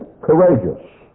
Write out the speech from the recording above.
courageous